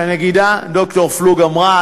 הנגידה ד"ר פלוג אמרה.